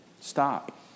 Stop